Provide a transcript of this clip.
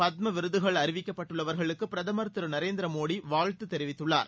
பத்ம விருதுகள் அறிவிக்கப்பட்டுள்ளவர்களுக்கு பிரதமர் திரு நரேந்திர மோடி வாழ்த்து தெரிவித்துள்ளார்